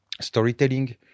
storytelling